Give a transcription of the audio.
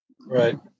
Right